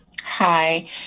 Hi